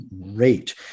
rate